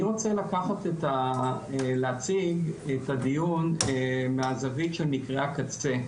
אני רוצה להציג את הדיון מהזווית של מקרי הקצה,